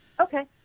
Okay